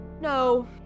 No